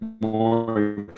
more